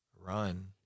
run